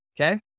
Okay